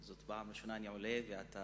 זאת הפעם הראשונה שאני עולה ואתה